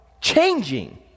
changing